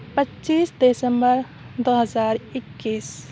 پچیس دسمبر دو ہزار اکیس